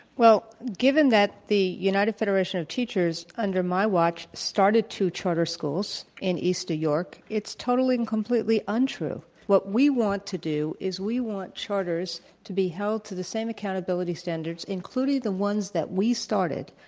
well, given that the united federation of teachers under my watch, started two charter schools in eastern york, it's totally and completely untrue. what we want to do is we want charters to be held to the same accountability standards including the ones that we started,